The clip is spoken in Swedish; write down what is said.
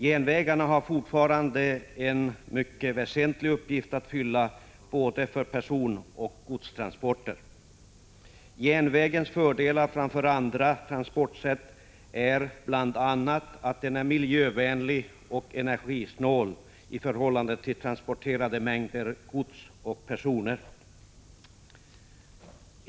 Järnvägarna har fortfarande en mycket väsentlig uppgift att fylla för både personoch godstransporter. Järnvägens fördelar framför andra transportsätt är bl.a. att den är miljövänlig och energisnål i förhållande till transporterade mängder gods och personer.